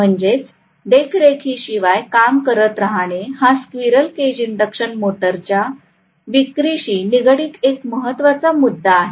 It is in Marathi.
म्हणजेच देखरेखीशिवाय काम करत राहणे हा स्क्विरल केज इंडक्शन मोटरच्या विक्रीशी निगडीत एक महत्त्वाचा मुद्दा आहे